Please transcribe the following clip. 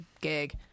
gig